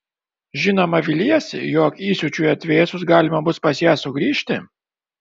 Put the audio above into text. žinoma viliesi jog įsiūčiui atvėsus galima bus pas ją sugrįžti